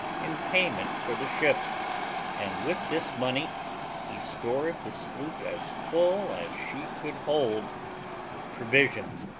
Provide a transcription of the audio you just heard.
in payment for the ship and with this money he stored the sloop as full as she could hold with provisions,